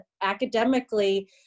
academically